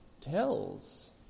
tells